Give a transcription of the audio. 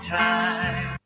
time